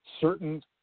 certain